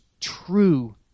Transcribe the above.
true